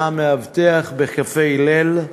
היה המאבטח בקפה "הלל"